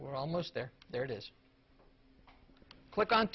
we're almost there there it is click on